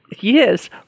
Yes